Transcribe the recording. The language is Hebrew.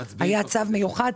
היה צו מיוחד.